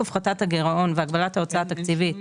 הפחתת הגירעון והגבלת ההוצאה התקציבית,